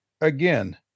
Again